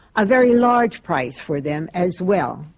a very large price for them as well.